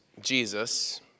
Jesus